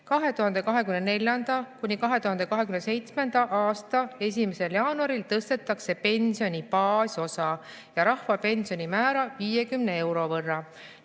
"2024.–2027. aasta 1. jaanuaril tõstetakse pensioni baasosa ja rahvapensioni määra 50 euro võrra."